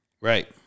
Right